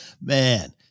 Man